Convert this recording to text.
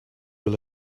will